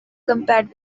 compared